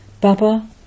Baba